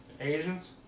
Asians